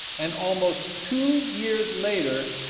and almost two years later,